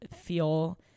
feel